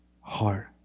heart